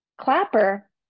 Clapper